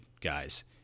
guys